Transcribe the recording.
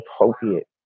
appropriate